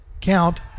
count